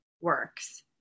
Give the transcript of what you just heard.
works